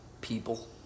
people